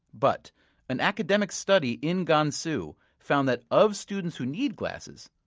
but an academic study in gansu found that, of students who need glasses,